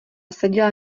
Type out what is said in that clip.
seděla